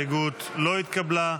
אני קובע כי ההסתייגות לא התקבלה.